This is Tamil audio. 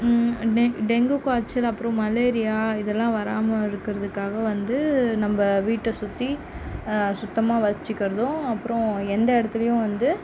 டெங் டெங்கு காய்ச்சல் அப்புறம் மலேரியா இதெல்லாம் வராமல் இருக்கிறதுக்காக வந்து நம்ப வீட்டை சுற்றி சுத்தமாக வச்சுக்கிறதும் அப்புறம் எந்த இடத்துலையும் வந்து